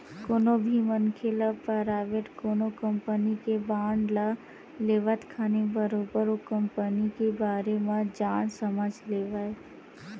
कोनो भी मनखे ल पराइवेट कोनो कंपनी के बांड ल लेवत खानी बरोबर ओ कंपनी के बारे म जान समझ लेवय